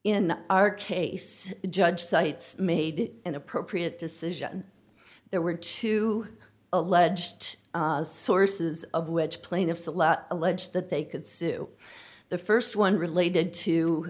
in our case judge sites made an appropriate decision there were two alleged sources of which plaintiffs allowed allege that they could sue the st one related to